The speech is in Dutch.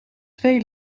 twee